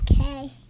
Okay